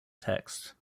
text